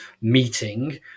meeting